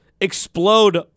explode